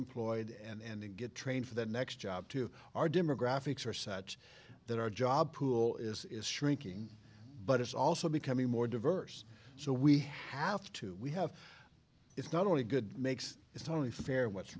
employed and get trained for the next job to our demographics are such that our job pool is is shrinking but it's all also becoming more diverse so we have to we have it's not only good makes it's only fair what's